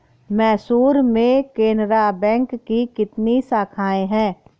मैसूर में केनरा बैंक की कितनी शाखाएँ है?